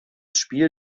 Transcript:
spiel